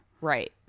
Right